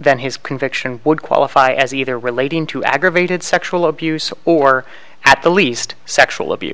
then his conviction would qualify as either relating to aggravated sexual abuse or at the least sexual abuse